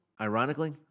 Ironically